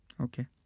Okay